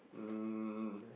um